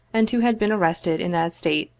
and who had been arrested in that state,